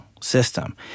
system